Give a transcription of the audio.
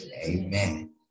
Amen